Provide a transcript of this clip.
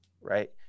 right